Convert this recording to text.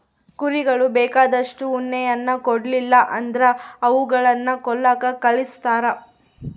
ಕುರಿಗಳು ಬೇಕಾದಷ್ಟು ಉಣ್ಣೆಯನ್ನ ಕೊಡ್ಲಿಲ್ಲ ಅಂದ್ರ ಅವುಗಳನ್ನ ಕೊಲ್ಲಕ ಕಳಿಸ್ತಾರ